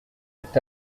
est